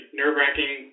nerve-wracking